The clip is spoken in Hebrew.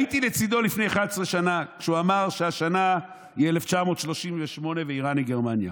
הייתי לצידו לפני 11 שנה כשהוא אמר שהשנה היא 1938 ואיראן היא גרמניה,